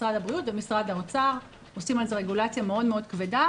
משרד הבריאות ומשרד האוצר עושים על זה רגולציה מאוד כבדה